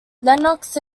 lennox